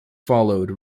followed